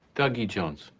dougie jones.